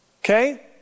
Okay